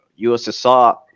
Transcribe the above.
USSR